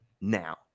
now